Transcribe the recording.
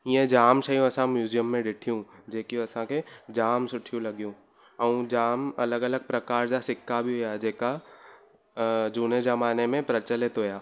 हीअ जाम शयूं असां म्यूज़ियम में ॾिठियूं जेकियूं असांखे जाम सुठियूं लॻियूं ऐं जाम अलॻि अलॻि प्रकार जा सिका बि हुआ जेका झूने ज़माने में प्रचलित हुआ